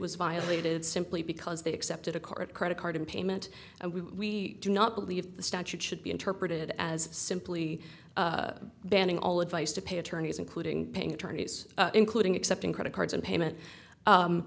was violated simply because they accepted a carte credit card payment and we do not believe the statute should be interpreted as simply banning all advice to pay attorneys including paying attorneys including accepting credit cards and payment